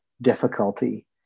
difficulty